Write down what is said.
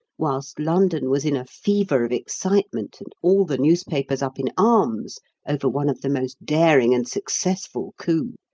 whilst london was in a fever of excitement and all the newspapers up in arms over one of the most daring and successful coups,